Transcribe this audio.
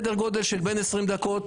סדר גודל של כ-20 דקות.